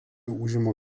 užima